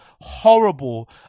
horrible